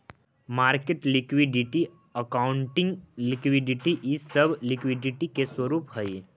market liquidity, accounting liquidity इ सब liquidity के स्वरूप हई